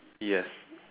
yes